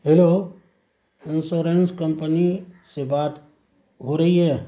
hello insurance company سے بات ہو رہی ہے